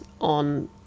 on